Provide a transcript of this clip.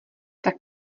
tak